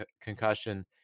concussion